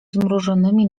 zmrużonymi